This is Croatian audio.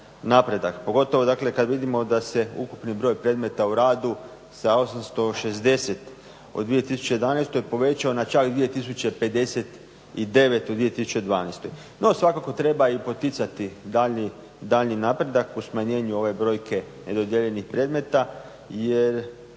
napredak, pogotovo dakle kada vidimo da ukupni broj predmeta u radu sa 860 u 2011. povećao na čak 2059 u 2012. No svakako treba i poticati daljnji napredak u smanjenju ove brojke nedodijeljenih predmeta jer